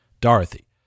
Dorothy